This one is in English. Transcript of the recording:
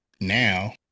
now